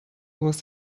was